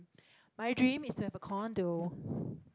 my dream is to have a condo